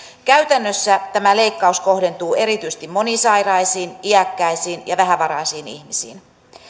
käytännössä tämä leikkaus kohdentuu erityisesti monisairaisiin iäkkäisiin ja vähävaraisiin ihmisiin